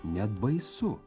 net baisu